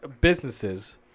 businesses